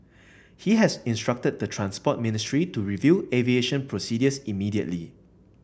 he has instructed the Transport Ministry to review aviation procedures immediately